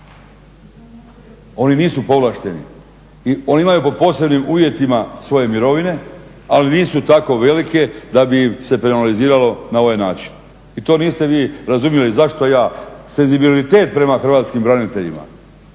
Oni nisu povlašteni i oni imaju po posebnim uvjetima svoje mirovine, ali nisu tako velike da bi ih se penaliziralo na ovaj način i to niste vi razumjeli zašto ja, senzibilitet prema hrvatskim braniteljima